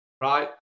Right